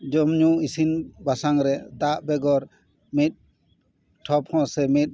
ᱡᱚᱢ ᱧᱩ ᱤᱥᱤᱱ ᱵᱟᱥᱟᱝ ᱨᱮ ᱫᱟᱜ ᱵᱮᱜᱚᱨ ᱢᱤᱫ ᱴᱷᱚᱯ ᱦᱚᱸ ᱥᱮ ᱢᱤᱫ